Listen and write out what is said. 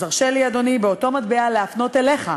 אז הרשה לי, אדוני, באותו מטבע להפנות אליך,